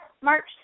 March